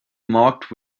marked